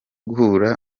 guhura